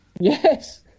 Yes